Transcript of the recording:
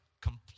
complete